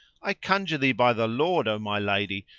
i conjure thee by the lord, o my lady,